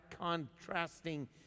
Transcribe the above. contrasting